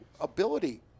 ability